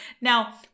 Now